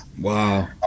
wow